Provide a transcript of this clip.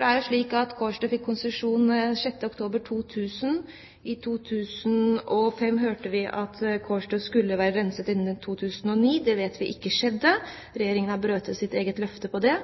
Det er slik at Kårstø fikk konsesjon 6. oktober 2000. I 2005 hørte vi at Kårstø skulle være renset innen 2009 – det vet vi ikke skjedde, Regjeringen har brutt sitt eget løfte om det.